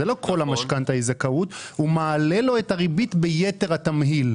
לא כל המשכנתה היא זכאות הוא מעלה לו את הריבית ביתר התמהיל.